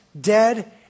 dead